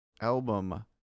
album